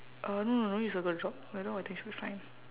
uh no no need circle dog like that I think should be fine